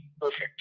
perfect